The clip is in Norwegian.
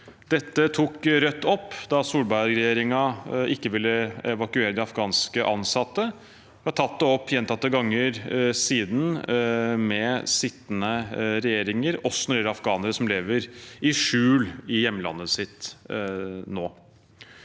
Dette tok Rødt opp da Solberg-regjeringen ikke ville evakuere de afghanske ansatte, og vi har tatt det opp gjentatte ganger siden med sittende regjeringer, også når det gjelder afghanere som nå lever i skjul i hjemlandet sitt.